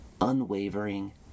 unwavering